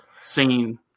scene